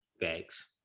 Thanks